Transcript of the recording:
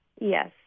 Yes